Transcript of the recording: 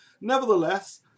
Nevertheless